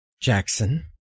Jackson